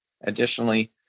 additionally